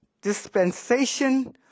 dispensation